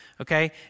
Okay